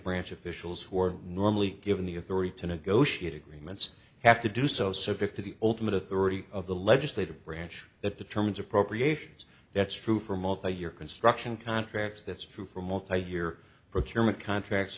branch officials who are normally given the authority to negotiate agreements have to do so subject to the ultimate authority of the legislative branch that determines appropriations that's true for multi year construction contracts that's true for multi year procurement contracts